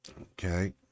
Okay